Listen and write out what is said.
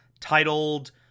titled